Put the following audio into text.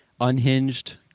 unhinged